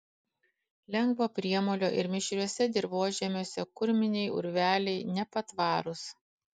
lengvo priemolio ir mišriuose dirvožemiuose kurminiai urveliai nepatvarūs